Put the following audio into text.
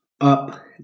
Up